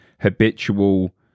habitual